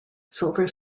silver